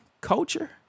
culture